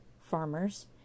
farmers